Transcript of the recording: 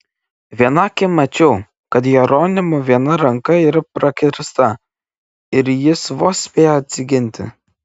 viena akim mačiau kad jeronimo viena ranka yra prakirsta ir jis vos spėja atsiginti